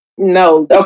No